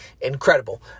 incredible